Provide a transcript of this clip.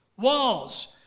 Walls